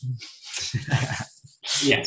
Yes